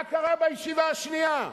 מה קרה בישיבה השנייה?